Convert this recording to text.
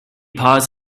paused